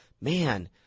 man